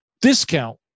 discount